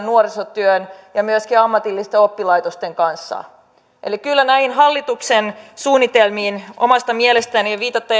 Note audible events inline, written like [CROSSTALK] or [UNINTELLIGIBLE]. [UNINTELLIGIBLE] nuorisotyön ja myöskin ammatillisten oppilaitosten kanssa eli kyllä näihin hallituksen suunnitelmiin omasta mielestäni ja viitaten [UNINTELLIGIBLE]